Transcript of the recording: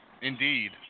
Indeed